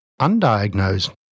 undiagnosed